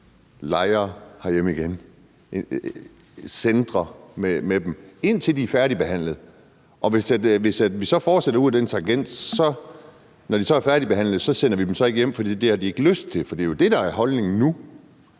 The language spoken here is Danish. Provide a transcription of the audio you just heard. lejre herhjemme, centre med dem, indtil deres sager er færdigbehandlede? Og hvis vi så fortsætter ud ad den tangent, sender vi dem ikke hjem, når sagerne er færdigbehandlede, for det har de ikke lyst til. For det er jo det, der er holdningen nu